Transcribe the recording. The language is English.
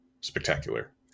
spectacular